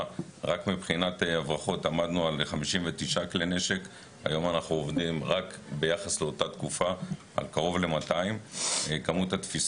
ובמקרה הפחות טוב זה טנדרים שנעצרים במטע או בפרדס